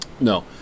No